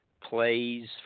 plays